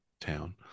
town